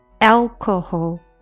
alcohol